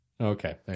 Okay